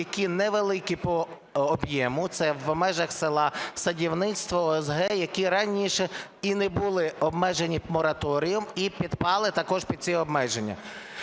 які невеликі по об'єму, це в межах села садівництво, ОСГ, які раніше і не були обмежені мораторієм і підпали також під ці обмеження.